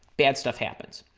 bad stuff happens.